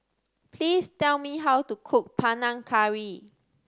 please tell me how to cook Panang Curry